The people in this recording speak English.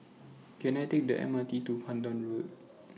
Can I Take The M R T to Pandan Road